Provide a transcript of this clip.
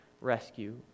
rescue